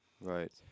Right